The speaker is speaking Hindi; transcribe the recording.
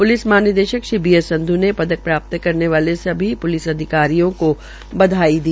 प्लिस महानिदेशक श्री बी एस संधू ने पदक प्राप्त करने वाले सभी प्लिस अधिकारियों को बधाई दी